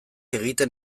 egiten